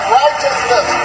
righteousness